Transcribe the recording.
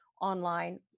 online